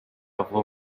vuba